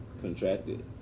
contracted